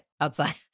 outside